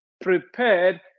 prepared